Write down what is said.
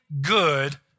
Good